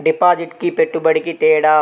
డిపాజిట్కి పెట్టుబడికి తేడా?